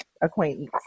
acquaintance